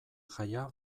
jaia